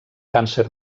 càncer